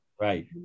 Right